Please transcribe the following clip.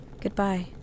Goodbye